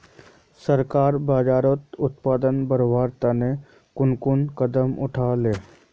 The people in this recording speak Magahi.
सरकार बाजरार उत्पादन बढ़वार तने कुन कुन कदम उठा ले